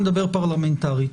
מדבר פרלמנטרית,